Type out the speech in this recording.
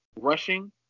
rushing